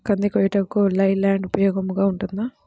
కంది కోయుటకు లై ల్యాండ్ ఉపయోగముగా ఉంటుందా?